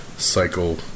Cycle